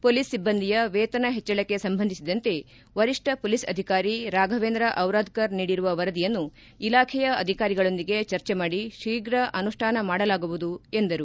police ಸಿಬ್ಬಂದಿಯ ವೇತನ ಹೆಚ್ಚಳಕ್ಕೆ ಸಂಬಂಧಿಸಿದಂತೆ ವರಿಷ್ಟ ಪೊಲೀಸ್ ಅಧಿಕಾರಿ ರಾಘವೇಂದ್ರ ಜಿರಾದ್ಧರ್ ನೀಡಿರುವ ವರದಿಯನ್ನು ಇಲಾಖೆಯ ಅಧಿಕಾರಿಗಳೊಂದಿಗೆ ಚರ್ಚೆ ಮಾಡಿ ಶೀಘ್ರ ಅನುಷ್ಠಾನ ಮಾಡಲಾಗುವುದು ಎಂದರು